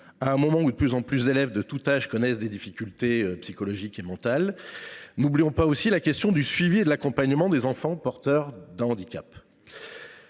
à un moment où de plus en plus d’élèves de tout âge connaissent des difficultés psychologiques et mentales. N’oublions pas aussi la question du suivi et de l’accompagnement des enfants porteurs d’un handicap.